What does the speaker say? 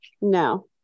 No